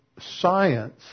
science